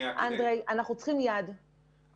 הנכבדים, אנחנו צריכים את העזרה שלכם.